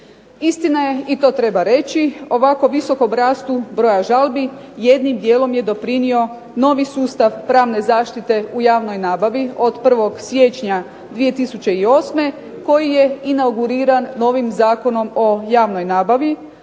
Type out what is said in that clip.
Istina je i to treba reći ovako visokom rastu broja žalbi jednim dijelom je doprinio novi sustav pravne zaštite u javnoj nabavi od 1. siječnja 2008. koji je inauguriran novim Zakonom o javnoj nabavi,